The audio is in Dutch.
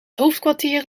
hoofdkwartier